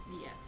Yes